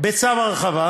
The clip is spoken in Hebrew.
בצו הרחבה,